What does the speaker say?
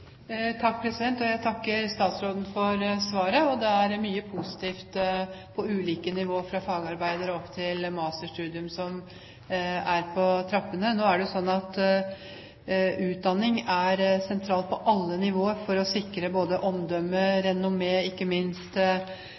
Jeg takker statsråden for svaret. Det er mye positivt på ulike nivå, fra fagarbeider og opp til masterstudium, som er på trappene. Utdanning er sentralt på alle nivå for å sikre både omdømme og renommé, ikke minst